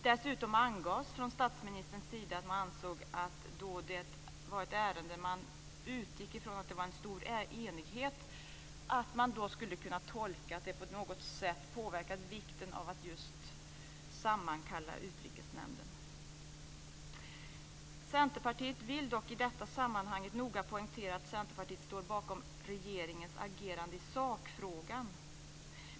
Dessutom angavs från statsministerns sida att det var ett ärende som man utgick ifrån att det rådde stor enighet om och att man tolkade det som att det på något sätt minskade vikten av att sammankalla Utrikesnämnden. Centerpartiet vill dock i detta sammanhang noga poängtera att Centerpartiet står bakom regeringens agerande i sakfrågan.